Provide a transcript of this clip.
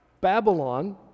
Babylon